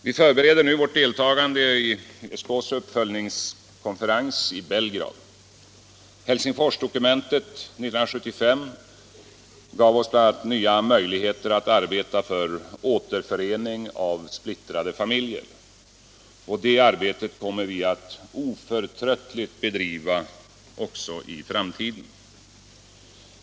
Vi förbereder nu vårt deltagande i ESK:s uppföljningskonferens. Belgrad. Helsingforsdokumentet 1975 gav oss bl.a. nya möjligheter att arbeta för återförening av splittrade familjer. Detta arbete kommer vi att oförtröttligt bedriva också i framtiden.